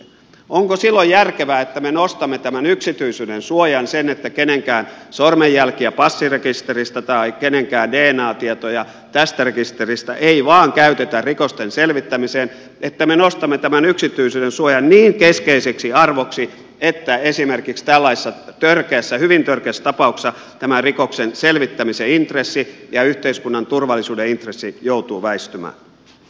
onko silloin järkevää että me nostamme tämän yksityisyydensuojan sen että kenenkään sormenjälkiä passirekisteristä tai kenenkään dna tietoja tästä rekisteristä ei vain käytetä rikosten selvittämiseen että me nostamme tämän yksityisyydensuojan niin keskeiseksi arvoksi että esimerkiksi tällaisessa hyvin törkeässä tapauksessa tämän rikoksen selvittämisen intressi ja yhteiskunnan turvallisuuden intressi joutuu väistymään